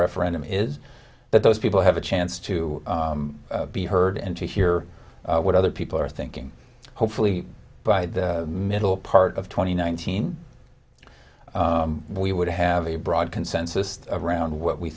referendum is that those people have a chance to be heard and to hear what other people are thinking hopefully by the middle part of twenty one thousand we would have a broad consensus around what we